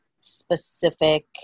specific